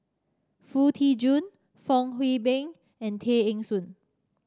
Foo Tee Jun Fong Hoe Beng and Tay Eng Soon